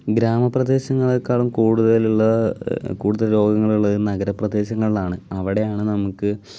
ഗ്രാമ പ്രദേശങ്ങളേക്കാളും കൂടുതലുള്ള കൂടുതൽ രോഗങ്ങളുള്ളത് നഗര പ്രദേശങ്ങളിലാണ് അവിടെയാണ് നമുക്ക്